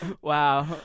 Wow